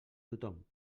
tothom